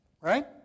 right